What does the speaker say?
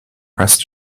pressed